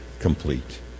complete